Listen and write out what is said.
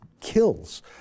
kills